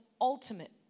ultimate